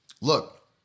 Look